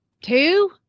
two